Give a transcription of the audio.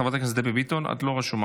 חברת הכנסת דבי ביטון, את לא רשומה.